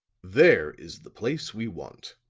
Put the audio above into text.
there is the place we want,